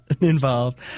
involved